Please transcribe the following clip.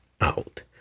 out